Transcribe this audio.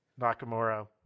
Nakamura